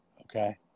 Okay